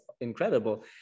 incredible